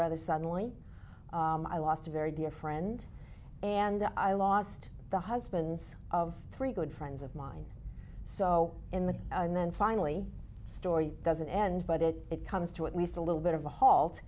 rather suddenly i lost a very dear friend and i lost the husbands of three good friends of mine so in the out and then finally story doesn't end but it it comes to at least a little bit of a halt